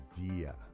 idea